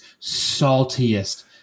saltiest